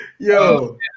Yo